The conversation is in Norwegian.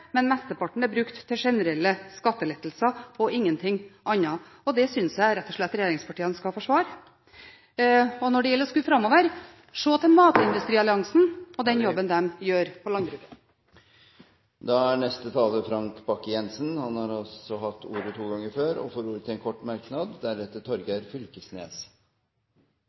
Men mesteparten er brukt til generelle skattelettelser, og ingenting annet. Det synes jeg rett og slett regjeringspartiene skal forsvare. Når det gjelder å skue framover, se til Matindustrialliansen og den jobben de gjør på landbruk. Representanten Frank Bakke-Jensen har hatt ordet to ganger tidligere i debatten og får ordet til en kort merknad,